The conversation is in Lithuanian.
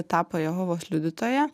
tapo jehovos liudytoja